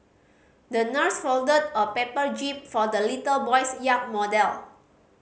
the nurse folded a paper jib for the little boy's yacht model